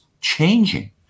changing